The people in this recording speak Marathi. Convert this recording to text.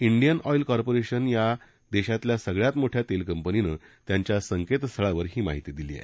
इंडयिन ऑईल कार्परिशन या देशातल्या सगळयात मोठया तेलकंपनीनं त्यांच्या संकेतस्थळावर ही माहिती दिली आहे